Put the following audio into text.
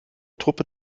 truppe